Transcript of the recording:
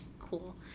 Cool